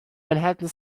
manhattan